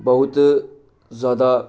ਬਹੁਤ ਜ਼ਿਆਦਾ